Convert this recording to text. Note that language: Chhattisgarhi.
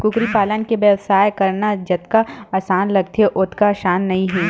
कुकरी पालन के बेवसाय करना जतका असान लागथे ओतका असान नइ हे